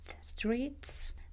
streets